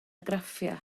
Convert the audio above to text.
graffiau